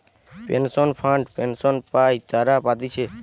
pension fund pension পাই তারা পাতিছে